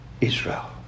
Israel